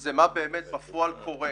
הוא מה שבאמת בפועל קורה